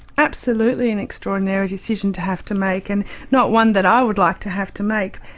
absolutely, an extraordinary decision to have to make. and not one that i would like to have to make,